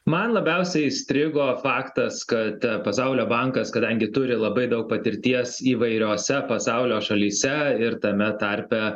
man labiausiai įstrigo faktas kad pasaulio bankas kadangi turi labai daug patirties įvairiose pasaulio šalyse ir tame tarpe